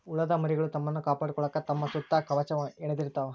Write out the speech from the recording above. ಹುಳದ ಮರಿಗಳು ತಮ್ಮನ್ನ ಕಾಪಾಡಕೊಳಾಕ ತಮ್ಮ ಸುತ್ತ ಕವಚಾ ಹೆಣದಿರತಾವ